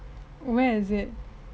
where is it